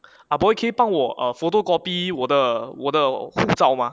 ah boy 可以帮我 err photocopy 我的我的护照 mah